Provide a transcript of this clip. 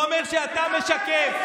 ואומר שאתה משקר.